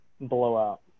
blowout